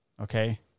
okay